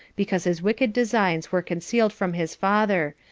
because his wicked designs were concealed from his father,